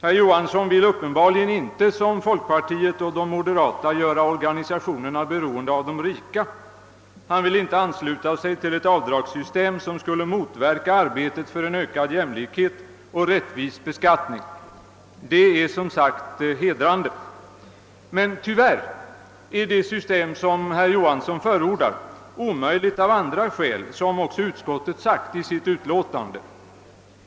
Herr Johansson vill uppenbarligen icke som folkpartiet och de moderata göra partierna beroende av de rika. Han vill inte ansluta sig till ett avdragssystem som skulle motverka arbetet för ökad jämlikhet och rättvis beskattning. Men tyvärr är det system som herr Johansson förordar omöjligt av andra skäl, såsom också utskottet sagt i sitt utlåtande.